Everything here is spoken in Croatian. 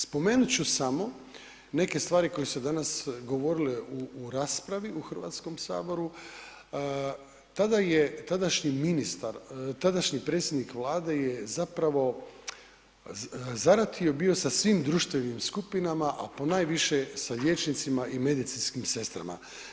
Spomenut ću samo neke stvari koje su se danas govorile u raspravi u Hrvatskom saboru, tada je tadašnji predsjednik vlade je zapravo zaratio bio sa svim društvenim skupinama a ponajviše sa liječnicima i medicinskim sestrama.